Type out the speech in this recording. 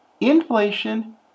inflation